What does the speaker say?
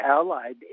allied